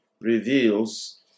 reveals